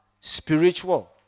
spiritual